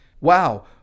Wow